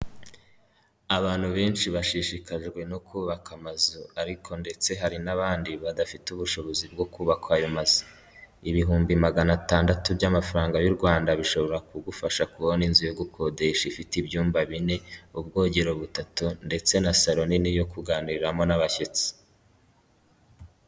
Abantu benshi bashishikajwe no kubaka amazu ariko ndetse hari n'abandi badafite ubushobozi bwo kubakwa ayo mazu, ibihumbi magana atandatu by'amafaranga y'u Rwanda bishobora kugufasha kubona inzu yo gukodesha ifite ibyumba bine, ubwogero butatu ndetse na saro nini yo kuganiriramo n'abashyitsi.